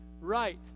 right